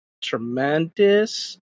tremendous